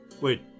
Wait